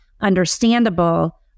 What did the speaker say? understandable